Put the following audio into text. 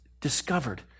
discovered